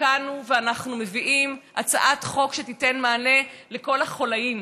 תיקנו ואנחנו מביאים הצעת חוק שתיתן מענה לכל החוליים.